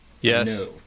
Yes